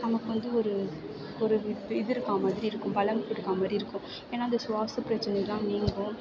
நமக்கு வந்து ஒரு ஒரு இது இருக்க மாதிரி இருக்கும் பலம் இருக்க மாதிரி இருக்கும் ஏன்னால் அந்த சுவாச பிரச்சினைலாம் நீங்கும்